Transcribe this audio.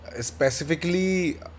specifically